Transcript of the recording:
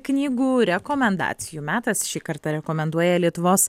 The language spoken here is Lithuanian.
knygų rekomendacijų metas šį kartą rekomenduoja lietuvos